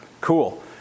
Cool